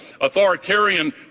authoritarian